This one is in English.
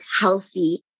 healthy